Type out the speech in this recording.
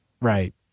right